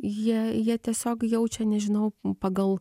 jei jie tiesiog jaučia nežinau pagal